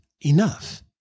enough